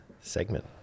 segment